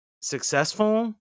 successful